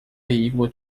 veículo